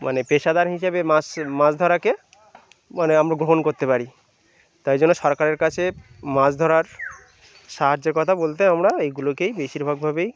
মানে পেশাদার হিসেবে মাছ মাছ ধরাকে মানে আমরা গ্রহণ করতে পারি তাই জন্য সরকারের কাছে মাছ ধরার সাহায্যের কথা বলতে আমরা এইগুলোকেই বেশিরভাগ ভাবেই